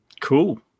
Cool